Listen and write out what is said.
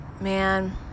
Man